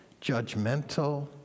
judgmental